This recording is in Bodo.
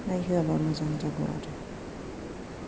नायहोयाबा मोजां जागौ आरो